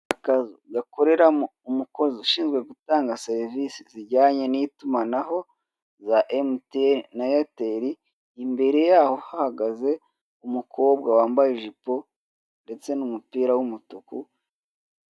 Akazu gakoreramo umukozi ushinzwe gutanga serivise zijyanye n'itumanaho za emutiyeni na eyateri imbere yaho hahagaze umukobwa wambaye ijipo ndetse n'umupira w'umutuku.